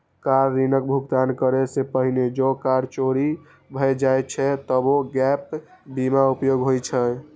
car ऋणक भुगतान करै सं पहिने जौं कार चोरी भए जाए छै, तबो गैप बीमा उपयोगी होइ छै